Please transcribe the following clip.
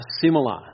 similar